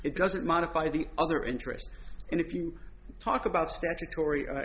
it doesn't modify the other interest and if you talk about statutory